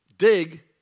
dig